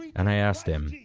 and i asked him,